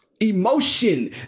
emotion